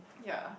ya